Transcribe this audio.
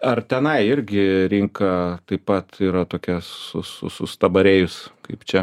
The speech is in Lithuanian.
ar tenai irgi rinka taip pat yra tokia su su sustabarėjus kaip čia